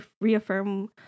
reaffirm